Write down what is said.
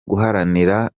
guhagararira